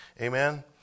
Amen